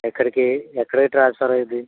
ఎక్కడికి ఎక్కడికి ట్రాన్స్ఫర్ అయ్యింది